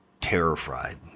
terrified